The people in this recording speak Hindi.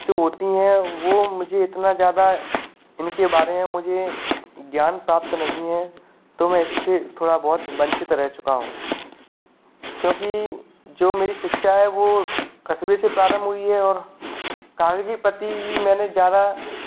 जो होती हैं वह मुझे इतना ज़्यादा इनके बारे में मुझे ज्ञान प्राप्त नहीं है तो मैं इससे थोड़ा बहुत वंचित रह चुका हूँ क्योंकि जो मेरी शिक्षा है वह कस्बे से प्रारंभ हुई है और कागज़ी प्रति ही मैंने ज़्यादा